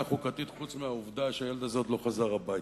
חוקתית חוץ מהעובדה שהילד הזה עוד לא חזר הביתה.